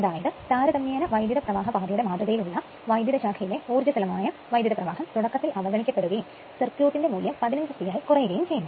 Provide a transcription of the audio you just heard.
അതായത് താരതമ്യേന വൈദ്യുതപ്രവാഹപാതയുടെ മാതൃകയിൽ ഉള്ള വൈദ്യുത ശാഖയിലെ ഊർജസ്വലമായ വൈദ്യുത പ്രവാഹം തുടക്കത്തിൽ അവഗണിക്കപ്പെടുകയും സർക്യൂട്ടിന്റെ മൂല്യം 15C ആയി കുറക്കുകയും ചെയുന്നു